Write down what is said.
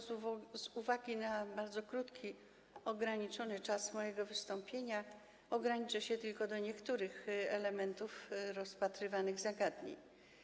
Z uwagi na bardzo krótki, ograniczony czas mojego wystąpienia ograniczę się tylko do niektórych elementów rozpatrywanych zagadnień.